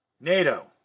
NATO